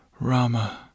Rama